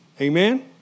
Amen